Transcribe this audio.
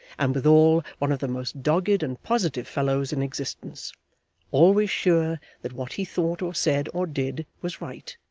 and withal one of the most dogged and positive fellows in existence always sure that what he thought or said or did was right,